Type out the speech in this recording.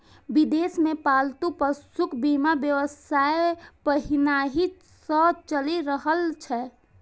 विदेश मे पालतू पशुक बीमा व्यवसाय पहिनहि सं चलि रहल छै